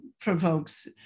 provokes